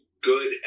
good